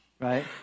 right